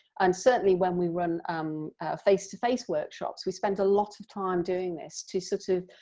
and certainly when we run um face-to-face workshops we spend a lot of time doing this to sort of